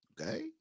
okay